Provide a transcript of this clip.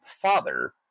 father